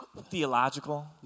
theological